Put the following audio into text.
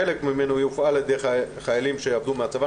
חלק ממנו יופעל על ידי חיילים שיבואו מהצבא,